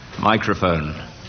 Microphone